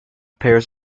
pairs